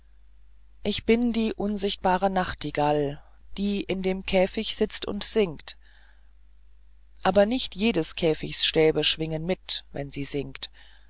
ich bin die unsichtbare nachtigall die in dem käfig sitzt und singt aber nicht jedes käfigs stäbe schwingen mit wenn sie singt